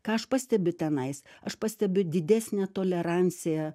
ką aš pastebiu tenais aš pastebiu didesnę toleranciją